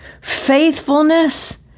faithfulness